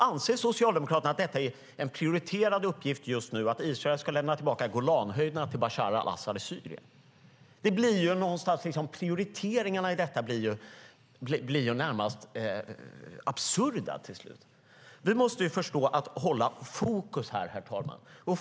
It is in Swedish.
Anser Socialdemokraterna att det är en prioriterad uppgift just nu att Israel ska lämna tillbaka Golanhöjderna till Bashar al-Asad i Syrien? Prioriteringarna i detta blir närmast absurda till slut. Herr talman! Vi måste behålla fokus.